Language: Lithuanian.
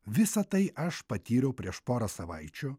visa tai aš patyriau prieš porą savaičių